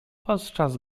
podczas